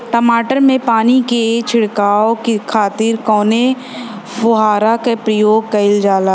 टमाटर में पानी के छिड़काव खातिर कवने फव्वारा का प्रयोग कईल जाला?